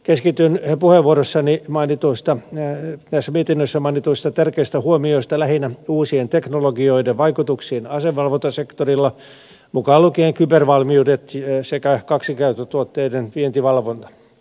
keskityn puheenvuorossani tässä mietinnössä mainituista tärkeistä huomioista lähinnä uusien teknologioiden vaikutuksiin asevalvontasektorilla mukaan lukien kybervalmiudet sekä kaksikäyttötuotteiden vientivalvonta